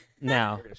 now